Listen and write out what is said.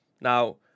Now